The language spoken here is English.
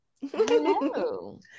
Hello